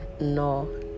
No